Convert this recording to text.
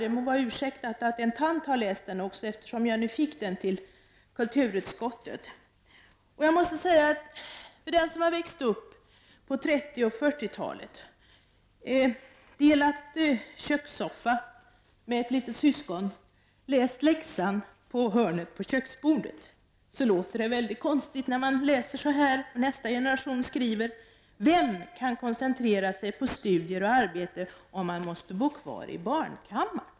Det må vara ursäktat att en tant har läst den också, eftersom jag fick den till kulturutskottet. Jag måste säga att för den som har växt upp på 30 och 40-talen, delat kökssoffa med ett litet syskon och läst läxor vid hörnet av köksbordet låter det mycket konstigt när man läser det nästa generation skriver: Vem kan koncentrera sig på studier och arbete om man måste bo kvar i barnkammaren?